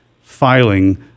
filing